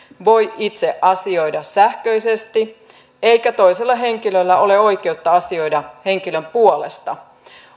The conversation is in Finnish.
voi itse asioida sähköisesti eikä toisella henkilöllä ole oikeutta asioida henkilön puolesta